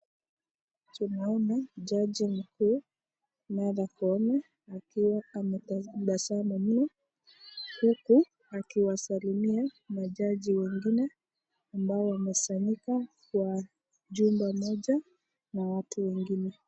Tunaona jaji mkuu Martha Koome akiwa ametabasamu mno. Huku akiwasalimia majaji wengini ambao wamesanyika kwa chumba moja na watu wengine.